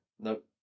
Nope